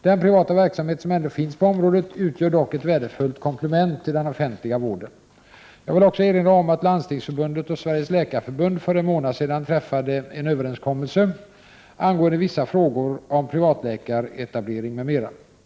Den privata verksamhet som ändå finns på området utgör dock ett värdefullt komplement till den offentliga vården. Jag vill också erinra om att Landstingsförbundet och Sveriges läkarförbund för en månad sedan träffade en överenskommelse angående vissa frågor om privatläkaretablering m.m.